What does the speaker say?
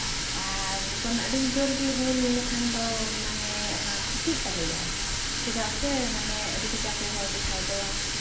ᱟᱨ ᱡᱚᱠᱷᱚᱱ ᱟᱹᱰᱤ ᱡᱳᱨᱜᱮ ᱦᱚᱭ ᱞᱮᱠᱷᱟᱱ ᱫᱚ ᱢᱟᱱᱮ ᱚᱱᱟ ᱠᱷᱩᱛᱤᱜ ᱛᱟᱞᱮᱭᱟ ᱪᱮᱫᱟᱜ ᱥᱮ ᱢᱟᱱᱮ ᱟᱹᱰᱤ ᱠᱟᱡᱟᱠᱮ ᱦᱚᱭ ᱞᱮᱠᱷᱟᱡ ᱫᱚ